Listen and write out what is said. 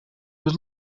was